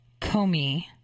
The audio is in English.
Comey